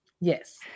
yes